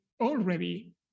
already